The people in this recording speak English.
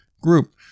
group